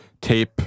tape